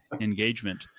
Engagement